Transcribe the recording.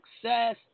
success